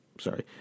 Sorry